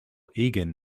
egan